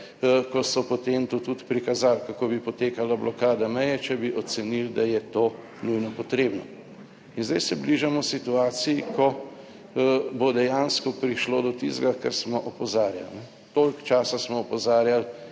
ko so potem to tudi prikazali, kako bi potekala blokada meje, če bi ocenili, da je to nujno potrebno. In zdaj se bližamo situaciji, ko bo dejansko prišlo do tistega, kar smo opozarjali, toliko časa smo opozarjali,